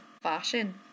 fashion